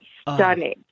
stunning